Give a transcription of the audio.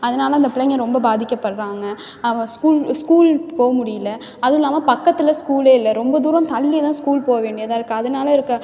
அதனால அந்த பிள்ளைங்க ரொம்பப் பாதிக்கப்படுறாங்க அவங்க ஸ்கூல் ஸ்கூல் போக முடியல அதில்லாம பக்கத்தில் ஸ்கூலே இல்லை ரொம்ப தூரம் தள்ளி தான் ஸ்கூல் போக வேண்டியதாக இருக்குது அதனால் இருக்கற